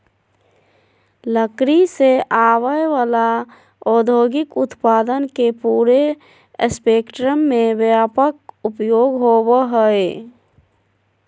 लकड़ी से आवय वला औद्योगिक उत्पादन के पूरे स्पेक्ट्रम में व्यापक उपयोग होबो हइ